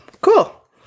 cool